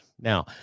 Now